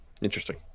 Interesting